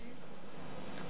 אני אומר את זה בצורה ברורה,